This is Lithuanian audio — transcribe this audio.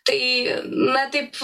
tai na taip